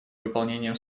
выполнением